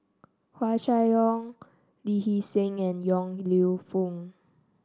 Hua Chai Yong Lee Hee Seng and Yong Lew Foong